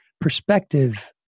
perspective